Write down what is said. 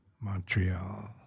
Montreal